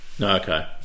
Okay